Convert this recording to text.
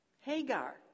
Hagar